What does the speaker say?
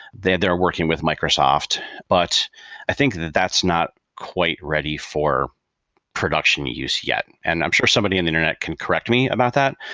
they are working with microsoft but i think that that's not quite ready for production use yet, and i'm sure somebody in the internet can correct me about that,